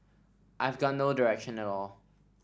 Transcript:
I've got no direction at all